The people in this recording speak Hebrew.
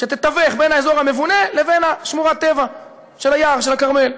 שתתווך בין האזור המבונה לבין שמורת הטבע של היער של הכרמל.